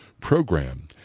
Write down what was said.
program